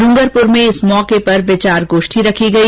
डूंगरपुर में इस मौके पर विचार गोष्ठी रखी गई